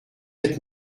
êtes